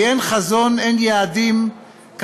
אין חזון, אין יעדים.